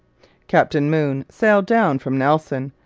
captain moon sailed down from nelson,